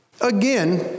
again